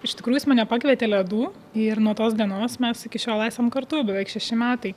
iš tikrųjų jis mane pakvietė ledų ir nuo tos dienos mes iki šiol esam kartu beveik šeši metai